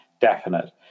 definite